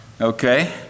okay